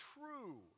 true